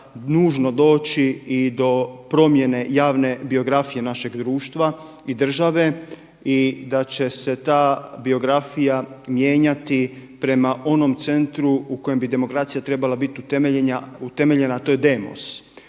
je da će tada nužno doći i do promjene javne biografije našeg društva i države i da će se ta biografija mijenjati prema onom centru u kojem bi demokracija trebala biti utemeljena a to je demos.